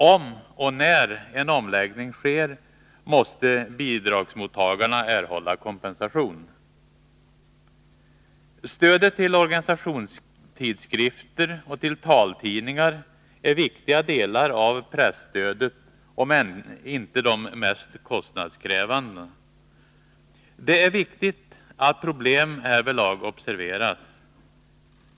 Om och när en omläggning sker, måste bidragsmottagarna erhålla kompensation. Stödet till organisationstidskrifter och taltidningar är viktiga delar av presstödet, om än inte de mest kostnadskrävande. Det är viktigt att problem härvidlag observeras.